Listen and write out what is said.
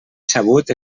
sabut